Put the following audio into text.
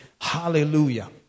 Hallelujah